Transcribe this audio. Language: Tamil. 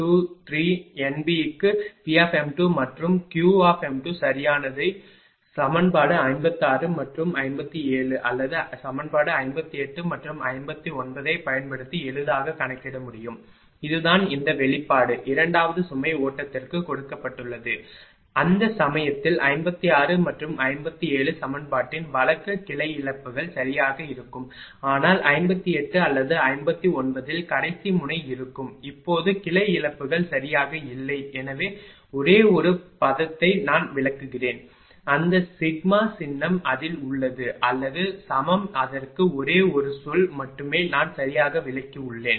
NB க்கு P மற்றும் Q சரியானது ஐ சமன்பாடு 56 மற்றும் 57 அல்லது சமன்பாடு 58 மற்றும் 59 ஐ பயன்படுத்தி எளிதாக கணக்கிட முடியும் இதுதான் இந்த வெளிப்பாடு இரண்டாவது சுமை ஓட்டத்திற்கு கொடுக்கப்பட்டுள்ளது அந்த சமயத்தில் 56 மற்றும் 57 சமன்பாட்டின் வழக்கு கிளை இழப்புகள் சரியாக இருக்கும் ஆனால் 58 அல்லது 59 இல் கடைசி முனை இருக்கும் போது கிளை இழப்புகள் சரியாக இல்லை எனவே ஒரே ஒரு பதத்தை நான் விளக்குகிறேன் அந்த சிக்மா சின்னம் அதில் உள்ளது அல்லது சமம் அதற்கு ஒரே ஒரு சொல் மட்டுமே நான் சரியாக விளக்கியுள்ளேன்